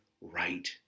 right